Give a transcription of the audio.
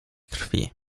krwi